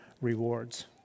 rewards